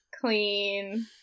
clean